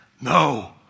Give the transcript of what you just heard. No